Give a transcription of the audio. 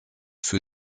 für